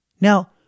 Now